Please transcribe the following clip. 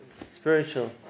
spiritual